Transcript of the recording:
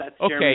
Okay